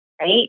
Right